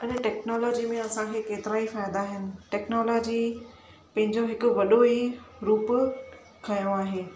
हिन टेक्नोलॉजी में असांखे केतिरा ई फ़ाइदा आहिनि टेक्नोलॉजी पंहिंजो हिकु वॾो ई रूप खयों आहे